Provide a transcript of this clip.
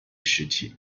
实体